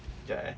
kejap eh